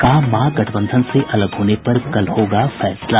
कहा महागठबंधन से अलग होने पर कल होगा फैसला